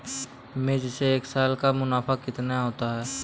मिर्च से एक साल का मुनाफा कितना होता है?